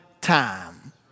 time